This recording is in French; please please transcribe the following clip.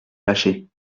lâcher